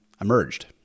emerged